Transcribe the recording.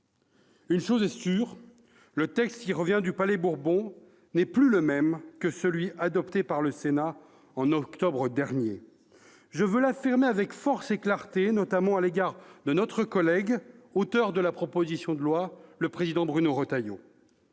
Une chose est sûre : le texte qui revient du Palais Bourbon n'est pas le même que celui qui a été adopté par le Sénat en octobre dernier. Je veux l'affirmer avec force et clarté, notamment à l'égard de notre collègue auteur de la proposition de loi, le président Bruno Retailleau.